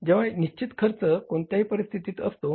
जेंव्हा निश्चित खर्च कोणत्याही परिस्थितीत असतो